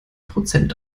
prozent